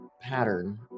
pattern